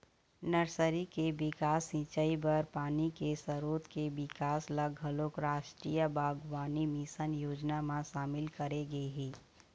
nursery के बिकास, सिंचई बर पानी के सरोत के बिकास ल घलोक रास्टीय बागबानी मिसन योजना म सामिल करे गे हे